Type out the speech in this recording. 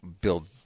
build